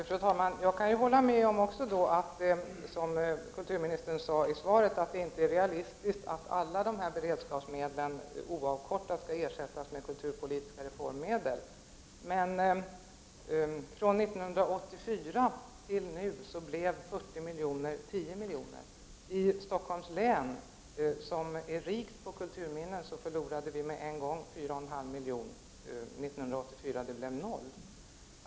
Fru talman! Jag kan hålla med kulturministern när han i svaret säger att det inte är realistiskt att alla beredskapsmedel oavkortat skall ersättas med kulturpolitiska reformmedel. Från år 1984 och fram till nu har 40 milj.kr. minskats till 10 milj.kr. I Stockholms län, som är rikt på kulturminnen, förlorade vi med en gång 4,5 milj.kr. år 1984; det blev 0.